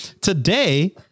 Today